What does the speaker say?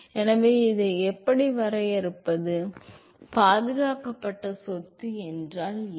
எனவே இதை எப்படி வரையறுப்பது பாதுகாக்கப்பட்ட சொத்து என்றால் என்ன